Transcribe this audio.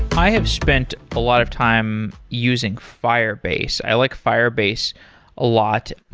i have spent a lot of time using firebase. i like firebase a lot.